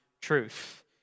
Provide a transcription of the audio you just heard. truth